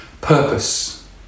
Purpose